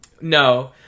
No